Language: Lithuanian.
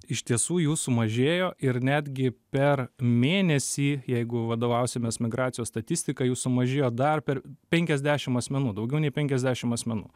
iš tiesų jų sumažėjo ir netgi per mėnesį jeigu vadovausimės migracijos statistika jų sumažėjo dar per penkiasdešim asmenų daugiau nei penkiasdešim asmenų